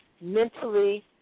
mentally